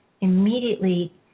immediately